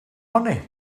money